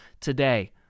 today